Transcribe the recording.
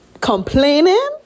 Complaining